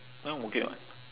now I'm okay [what]